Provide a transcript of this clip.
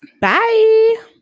Bye